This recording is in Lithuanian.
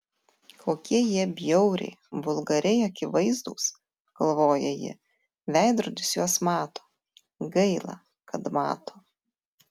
kokie jie bjauriai vulgariai akivaizdūs galvoja ji veidrodis juos mato gaila kad mato